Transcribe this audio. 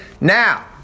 Now